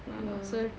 ya